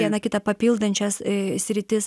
viena kitą papildančias sritis